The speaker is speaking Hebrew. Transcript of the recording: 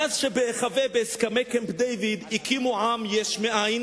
מאז הקימו בהיחבא עם יש מאין